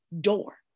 door